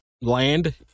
land